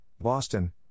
Boston